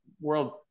world